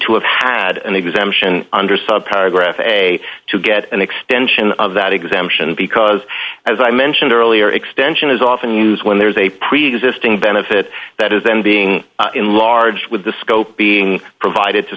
to have had an exemption under some paragraph a to get an extension of that exemption because as i mentioned earlier extension is often used when there is a preexisting benefit that is then being enlarged with the scope being provided to